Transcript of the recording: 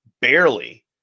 barely